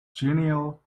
genial